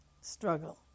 struggle